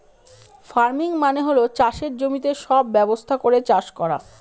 farming মানে হল চাষের জমিতে সব ব্যবস্থা করে চাষ করা